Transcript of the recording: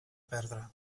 perdre